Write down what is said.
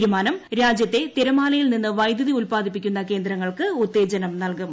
തീരുമാനം രാജ്യത്തെ തിരമാലയിൽ നിന്ന് വൈദ്യുതി ഉൽപ്പാദിപ്പിക്കുന്ന കേന്ദ്രങ്ങൾക്ക് ഉത്തേജനം നൽകും